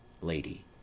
Lady